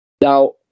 Now